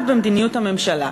במדיניות הממשלה.